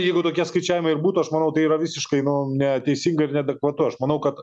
jeigu tokie skaičiavimai ir būtų aš manau tai yra visiškai nu neteisinga ir neadekvatu aš manau kad